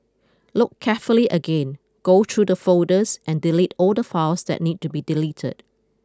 look carefully again go through the folders and delete all the files that need to be deleted